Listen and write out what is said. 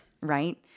Right